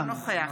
אינו נוכח